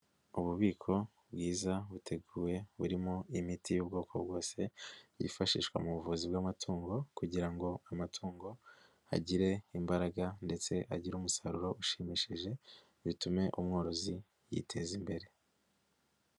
Ububiko bwiza buteguye burimo imiti y'ubwoko bwose, yifashishwa mu buvuzi bw'amatungo kugira ngo amatungo agire imbaraga ndetse agire umusaruro ushimishije, bitume umworozi yiteza imbere.